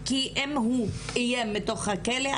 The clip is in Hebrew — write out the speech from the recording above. כי אם הוא יהיה מתוך הכלא,